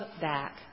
back